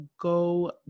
go